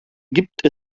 gibt